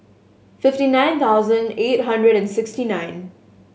fifty nine thousand eight hundred and sixty nine